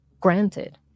granted